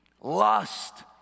lust